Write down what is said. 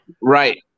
Right